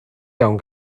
iawn